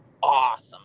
Awesome